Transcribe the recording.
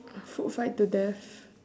food fight to death